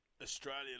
Australia